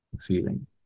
feeling